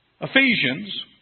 Ephesians